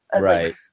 right